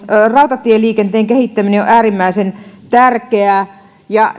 rautatieliikenteen kehittäminen on äärimmäisen tärkeää ja